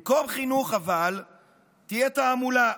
אבל במקום חינוך, תהיה תעמולה,